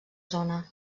zona